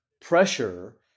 pressure